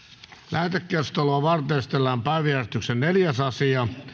lähetekeskustelua varten esitellään päiväjärjestyksen neljäs asia